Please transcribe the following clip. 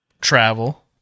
travel